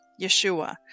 Yeshua